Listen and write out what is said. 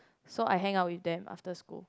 so I hang out with them after school